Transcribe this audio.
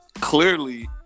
clearly